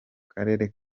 karere